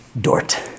Dort